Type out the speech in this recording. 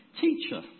teacher